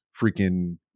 freaking